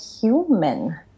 human